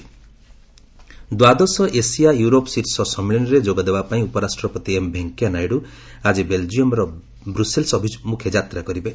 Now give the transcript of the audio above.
VP ASEM summit ଦ୍ୱାଦଶ Asia Europe ଶୀର୍ଷ ସମ୍ମିଳନୀରେ ଯୋଗ ଦେବାପାଇଁ ଉପରାଷ୍ଟ୍ରପତି ଏମ୍ ଭେଙ୍କିୟା ନାଇଡୁ ଆଜି ବେଲ୍ଜିୟମ୍ର ବ୍ରସେଲ୍ସ ଅଭିମୁଖେ ଯାତ୍ରା କରିବେ